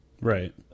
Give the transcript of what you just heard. right